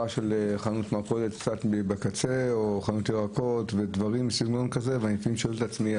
של מכולת בקצה או חנות ירקות ודברים בסגנון הזה,